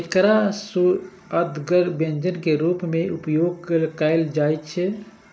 एकरा सुअदगर व्यंजन के रूप मे उपयोग कैल जाइ छै